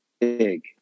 big